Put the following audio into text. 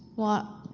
what.